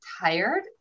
tired